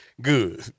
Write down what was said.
good